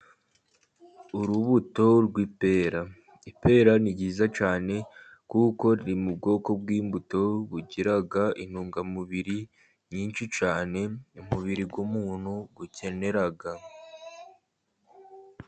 Urubuto rw'ipera, ipera ni ryiza cyane kuko riri mu bwoko bw'imbuto bugira intungamubiri nyinshi cyane umubiri w'umuntu ukenera.